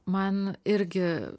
man irgi